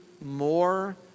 more